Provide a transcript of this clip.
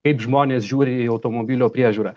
kaip žmonės žiūri į automobilio priežiūrą